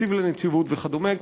תקציב לנציבות וכדומה,